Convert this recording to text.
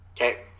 Okay